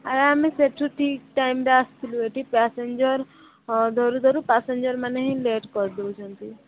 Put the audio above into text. ଆରେ ଆମେ ସେଇଠୁ ଠିକ୍ ଟାଇମ୍ରେ ଆସିଥିଲୁ ଏଠି ପ୍ୟାସେଞ୍ଜର୍ ଧରୁ ଧରୁ ପାସେଞ୍ଜର୍ ମାନେ ହିଁ ଲେଟ୍ କରିଦଉଛନ୍ତି